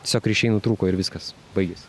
tiesiog ryšiai nutrūko ir viskas baigėsi